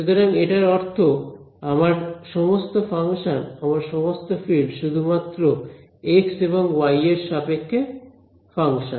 সুতরাং এটার অর্থ আমার সমস্ত ফাংশন আমার সমস্ত ফিল্ড শুধুমাত্র এক্স এবং ওয়াই এর সাপেক্ষে ফাংশন